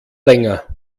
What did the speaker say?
länger